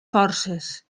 forces